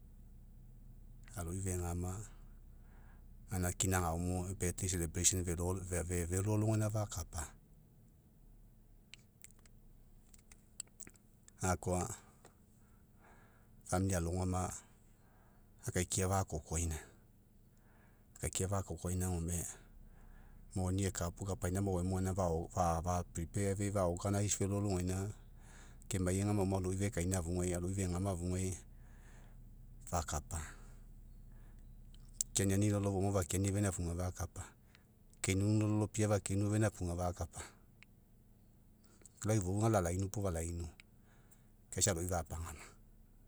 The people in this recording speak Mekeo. Aloi fegama, gaina kina agaomo fe velo alogaina fakapa. Gakoa alogama, akaikia fakokoaina. Akaikia fakokoaina gome, moni eka puo kapaina maoaimo fa velo allogaina, kemai aga maoai aloi fekaina, aloi fegama afugai, fakapa. Fekeainiani laolal, foama fekeani ofeaina afagai fakapa, keiniuniu, bia fakeinu ofeaina fakapa. Lau ifou ga alainu puo falainu, kai isa aloi fapagama.